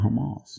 Hamas